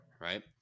Right